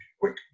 quick